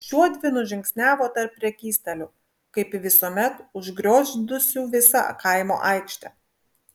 šiuodvi nužingsniavo tarp prekystalių kaip visuomet užgriozdusių visą kaimo aikštę